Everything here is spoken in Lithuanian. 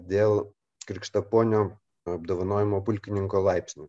dėl krikštaponio apdovanojimo pulkininko laipsniu